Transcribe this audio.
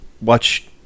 watch